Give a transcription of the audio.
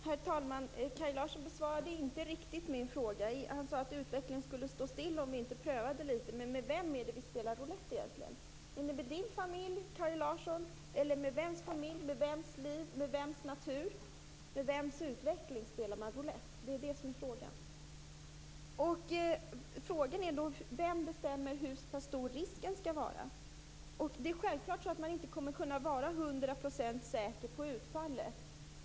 Herr talman! Kaj Larsson besvarade inte riktigt min fråga. Han sade att utvecklingen skulle stå still om vi inte prövade litet. Men med vem är det vi spelar roulett egentligen? Är det med Kaj Larssons familj, med vems familj, med vems liv, med vems natur, med vems utveckling spelar man roulett? Det är det som är frågan. Vem bestämmer hur stor risken skall vara? Självklart kommer man inte att kunna vara 100 % säker på utfallet.